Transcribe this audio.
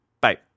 bye